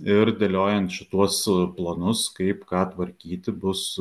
ir dėliojant šituos planus kaip ką tvarkyti bus